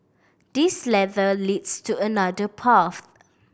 this ladder leads to another path